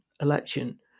election